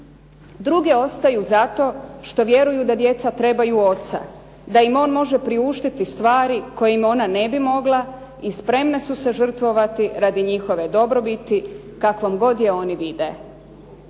Druge ostaju zato što vjeruju da djeca trebaju oca, da im on može priuštiti stvari koje im ona ne bi mogla i spremne su se žrtvovati radi njihove dobrobiti kakvom god je oni vide.